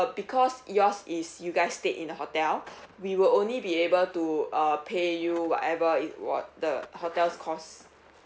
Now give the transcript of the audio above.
because yours is you guys stayed in a hotel we will only be able to uh pay you whatever it wa~ the hotel's cost